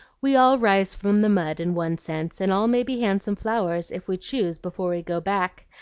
we all rise from the mud in one sense, and all may be handsome flowers if we choose before we go back,